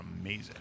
amazing